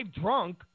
drunk